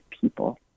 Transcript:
people